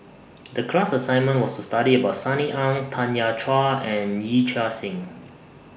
The class assignment was to study about Sunny Ang Tanya Chua and Yee Chia Hsing